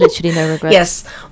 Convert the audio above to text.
Yes